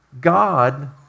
God